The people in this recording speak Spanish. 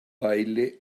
baile